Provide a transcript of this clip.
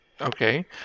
okay